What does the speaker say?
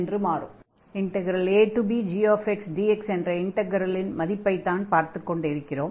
அதாவது abgxdx என்ற இன்டக்ரலின் மதிப்பைத்தான் பார்த்துக் கொண்டிருக்கிறோம்